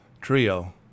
trio